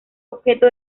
objeto